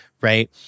right